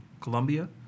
Colombia